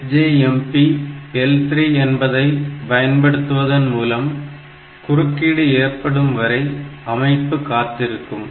SJMP L3 என்பதை பயன்படுத்துவதன் மூலம் குறுக்கீடு ஏற்படும் வரை அமைப்பு காத்திருக்கும்